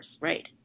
right